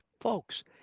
folks